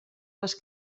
les